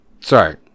Sorry